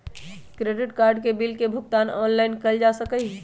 credit card के bill के भुगतान ऑनलाइन कइल जा सका हई